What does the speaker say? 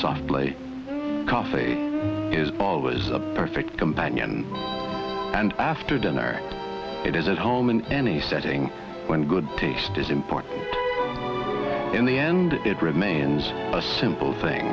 softly coffee is ball is a perfect companion and after dinner it is at home in any setting when good taste is important in the end it remains a simple thing